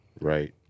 Right